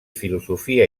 filosofia